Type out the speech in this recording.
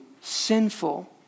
sinful